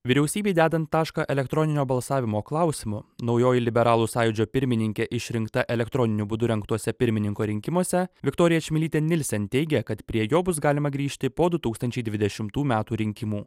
vyriausybei dedant tašką elektroninio balsavimo klausimu naujoji liberalų sąjūdžio pirmininkė išrinkta elektroniniu būdu rengtuose pirmininko rinkimuose viktorija čmilytė nilsen teigia kad prie jo bus galima grįžti po du tūkstančiai dvidešimtų metų rinkimų